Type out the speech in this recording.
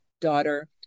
daughter